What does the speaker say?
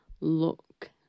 look